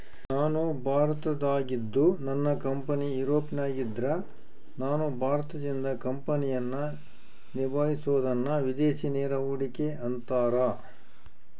ನಾನು ಭಾರತದಾಗಿದ್ದು ನನ್ನ ಕಂಪನಿ ಯೂರೋಪ್ನಗಿದ್ದ್ರ ನಾನು ಭಾರತದಿಂದ ಕಂಪನಿಯನ್ನ ನಿಭಾಹಿಸಬೊದನ್ನ ವಿದೇಶಿ ನೇರ ಹೂಡಿಕೆ ಅಂತಾರ